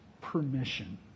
permission